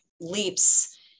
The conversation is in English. leaps